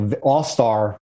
all-star